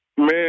Man